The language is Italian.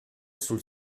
sul